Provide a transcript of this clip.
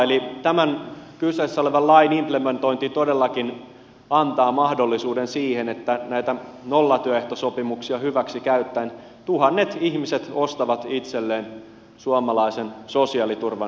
eli tämän kyseessä olevan lain implementointi todellakin antaa mahdollisuuden siihen että näitä nollatyöehtosopimuksia hyväksikäyttäen tuhannet ihmiset ostavat itselleen suomalaisen sosiaaliturvan